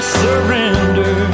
surrender